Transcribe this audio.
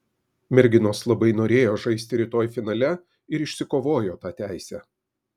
merginos labai norėjo žaisti rytoj finale ir išsikovojo tą teisę